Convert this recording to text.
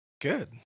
Good